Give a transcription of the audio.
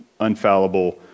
unfallible